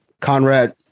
Conrad